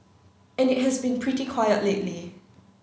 and it has been pretty quiet lately